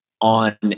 on